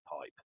pipe